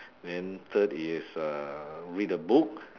then third is uh read a book